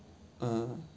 uh